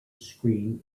screen